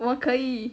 我可以